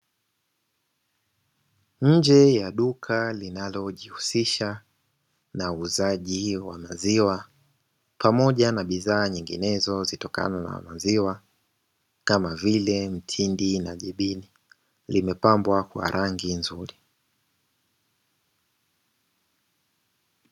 Nje ya duka linalojihusisha na uuzaji wa maziwa pamoja na bidhaa nyinginezo zitokanazo na maziwa kama vile: mtindi na jibini, limepambwa kwa rangi nzuri.